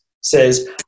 says